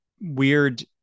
weird